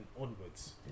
onwards